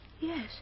Yes